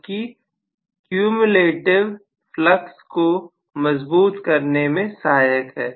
जबकि लेटक्यूम्यूलेटिव फ्लक्स को मजबूत करने मैं सहायक है